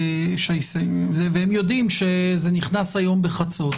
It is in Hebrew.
והם יודעים שזה נכנס היום בחצות,